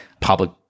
public